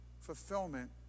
fulfillment